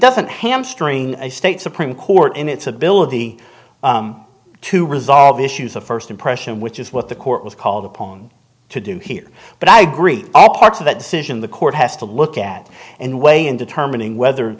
doesn't hamstring a state supreme court in its ability to resolve the issues of first impression which is what the court was called upon to do here but i agree all parts of that decision the court has to look at and weigh in determining whether